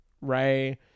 Ray